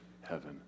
heaven